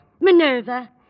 Minerva